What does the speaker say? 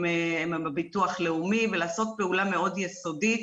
הביטוח הלאומי ולעשות פעולה מאוד יסודית.